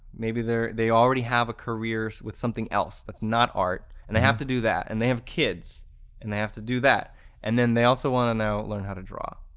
maybe they they already have a career with something else that's not art and they have to do that and they have kids and they have to do that and then they also want to know learn how to draw.